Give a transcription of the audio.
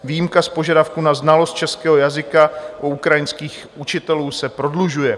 Výjimka z požadavku na znalost českého jazyka u ukrajinských učitelů se prodlužuje.